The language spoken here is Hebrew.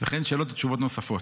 וכן שאלות ותשובות נפוצות.